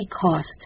cost